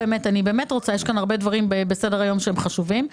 יש הרבה דברים חשובים בסדר-היום,